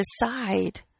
decide